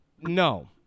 No